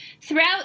Throughout